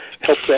help